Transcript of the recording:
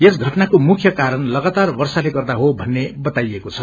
यस घटनाको मुख्यकारण लागातार वर्षाला गर्दा हो भन्ने बताईएको छ